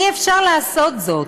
אי-אפשר לעשות זאת.